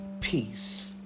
peace